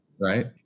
right